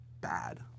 bad